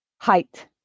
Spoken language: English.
Height